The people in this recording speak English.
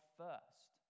first